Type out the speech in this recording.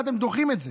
ואתם דוחים את זה.